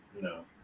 no